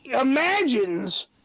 imagines